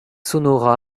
sonora